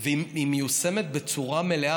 והיא מיושמת בצורה מלאה.